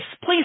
please